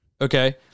okay